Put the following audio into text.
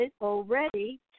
already –